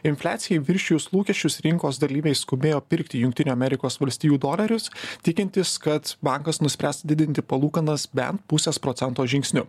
infliacijai viršijus lūkesčius rinkos dalyviai skubėjo pirkti jungtinių amerikos valstijų dolerius tikintis kad bankas nuspręs didinti palūkanas bent pusės procento žingsniu